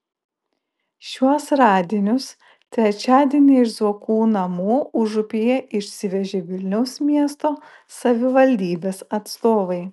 šiuos radinius trečiadienį iš zuokų namų užupyje išsivežė vilniaus miesto savivaldybės atstovai